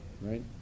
right